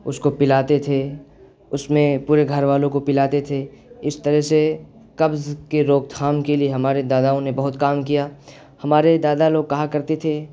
اس کو پلاتے تھے اس میں پورے گھر والوں کو پلاتے تھے اس طرح سے قبض کی روک تھام کے لیے ہمارے داداؤں نے بہت کام کیا ہمارے دادا لوگ کہا کرتے تھے